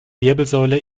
wirbelsäule